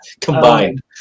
Combined